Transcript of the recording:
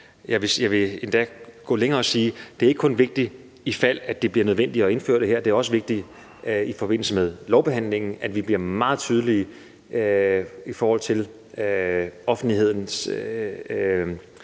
jeg vil gå længere og sige, at det ikke kun er vigtigt, i fald det bliver nødvendigt at indføre det her, det er også vigtigt i forbindelse med lovbehandlingen, at vi bliver meget tydelige i forhold til offentligheden,